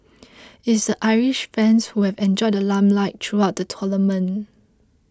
it's the Irish fans who have enjoyed the limelight throughout the tournament